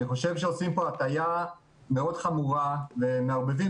אני חושב שעושים פה הטעייה מאוד חמורה ומערבבים